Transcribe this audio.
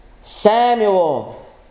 Samuel